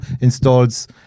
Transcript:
installs